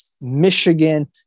Michigan